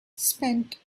spent